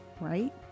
right